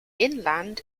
inland